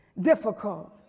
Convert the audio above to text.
difficult